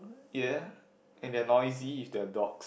ya and they're noisy if they're dog